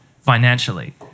financially